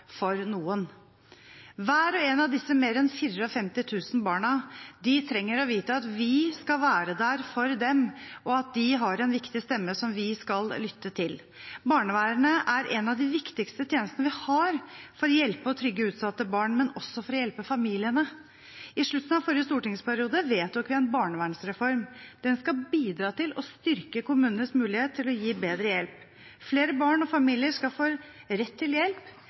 for noen. Hver og en av disse mer enn 54 000 barna trenger å vite at vi skal være der for dem, og at de har en viktig stemme, som vi skal lytte til. Barnevernet er en av de viktigste tjenestene vi har for å hjelpe og trygge utsatte barn, men også for å hjelpe familiene. I slutten av forrige stortingsperiode vedtok vi en barnevernsreform. Den skal bidra til å styrke kommunenes mulighet til å gi bedre hjelp. Flere barn og familier skal få rett til hjelp